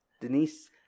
Denise